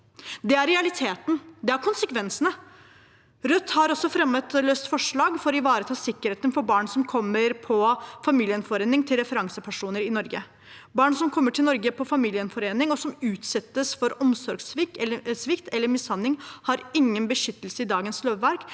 Det er realiteten, det er konsekvensene. Rødt har også fremmet et løst forslag for å ivareta sikkerheten for barn som kommer på familiegjenforening til referansepersoner i Norge. Barn som kommer til Norge på familiegjenforening, og som utsettes for omsorgssvikt eller mishandling, har ingen beskyttelse i dagens lovverk